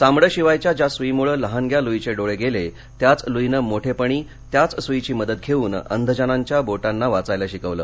चामडं शिवायच्या ज्या सुईमुळे लहानग्या लुईचे डोळे गेले त्याच लुईनं मोठेपणी त्याच सुईघी मदत घेऊन अंधजनांच्या बोटांना वाचायला शिकवलं